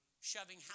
shoving